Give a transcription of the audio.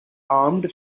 armed